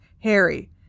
Harry